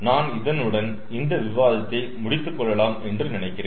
நான் இதனுடன் இந்த விவாதத்தை முடித்துக் கொள்ளலாம் என்று நினைக்கிறேன்